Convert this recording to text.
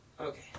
Okay